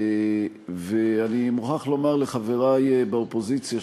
ואני מוכרח לומר לחברי באופוזיציה,